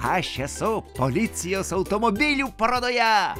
aš esu policijos automobilių parodoje